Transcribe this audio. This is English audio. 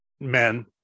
men